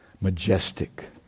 majestic